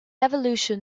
evolution